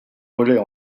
relais